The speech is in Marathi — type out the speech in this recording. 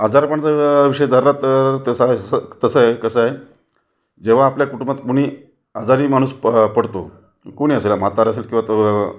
आजारपणचा जर विषय झाला तर तसं तसं आहे कसं आहे जेव्हा आपल्या कुटुंबात कोणी आजारी माणूस प पडतो कुणी असेल म्हातारं असेल किंवा त